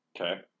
Okay